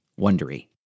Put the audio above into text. Wondery